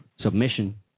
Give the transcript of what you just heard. submission